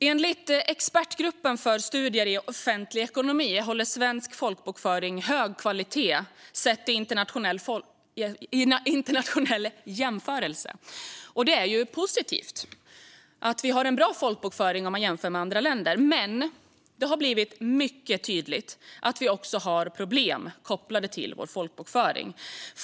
Enligt Expertgruppen för studier i offentlig ekonomi håller svensk folkbokföring hög kvalitet sett i internationell jämförelse, och det är ju positivt att ha bra folkbokföring jämfört med andra länder. Men det har på många sätt blivit tydligt att det också finns problem kopplade till folkbokföringen.